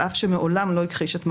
על אף שמעולם לא הכחיש את מעשיו.